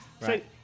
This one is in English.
right